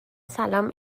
سلام